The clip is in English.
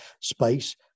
space